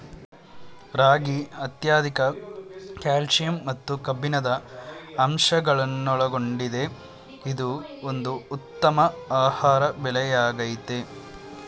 ರಾಗಿ ಅತ್ಯಧಿಕ ಕ್ಯಾಲ್ಸಿಯಂ ಮತ್ತು ಕಬ್ಬಿಣದ ಅಂಶಗಳನ್ನೊಳಗೊಂಡಿದೆ ಇದು ಒಂದು ಉತ್ತಮ ಆಹಾರ ಬೆಳೆಯಾಗಯ್ತೆ